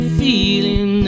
feeling